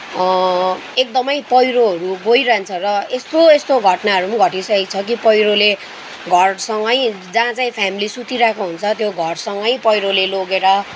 एकदमै पहिरोहरू गइरहन्छ र यस्तो यस्तो घटनाहरू पनि घटिसकेको छ कि पहिरोले घरसँगै जहाँ चाहिँ फेमिली सुतिरहेको हुन्छ त्यो घरसँगै पहिरोले लगेर